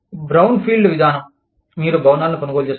brownfield విధానం మీరు భవనాలను కొనుగోలు చేస్తారు